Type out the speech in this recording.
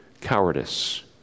cowardice